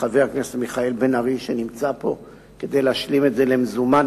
הצעת החוק מבקשת לשנות ולהוסיף על תנאי